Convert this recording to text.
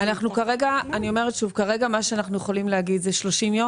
כרגע מה שאנחנו יכולים להגיד זה 30 יום